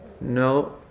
no